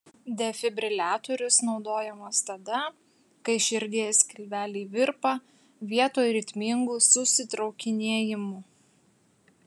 defibriliatorius naudojamas tada kai širdies skilveliai virpa vietoj ritmingų susitraukinėjimų